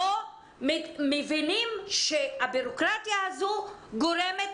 לא מבינים שהבירוקרטיה הזו גורמת